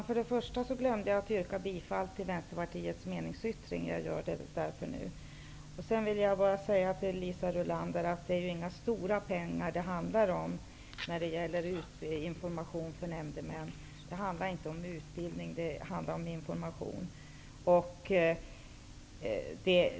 Herr talman! Jag glömde att yrka bifall till Vänsterpartiets meningsyttring, och jag gör det därför nu. Jag vill till Liisa Rulander säga att det inte handlar om några stora pengar när det gäller information till nämndemän. Det handlar inte om utbildning, utan det handlar om information.